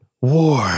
war